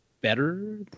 better